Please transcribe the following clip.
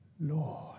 Lord